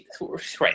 Right